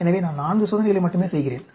எனவே நான் 4 சோதனைகளை மட்டுமே செய்கிறேன்